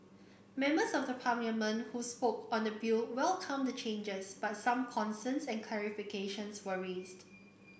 members of Parliament who spoke on the bill welcomed the changes but some concerns and clarifications were raised